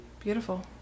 Beautiful